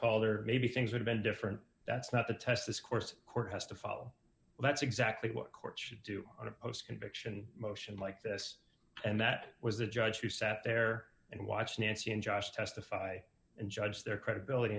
called or maybe things would've been different that's not the test this course court has to follow that's exactly what courts should do on a post conviction motion like this and that was the judge who sat there and watched nancy and josh testify and judge their credibility